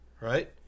right